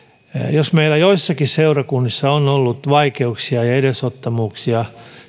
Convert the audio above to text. jos meillä joissakin seurakunnissa on ollut vaikeuksia ja edesottamuksia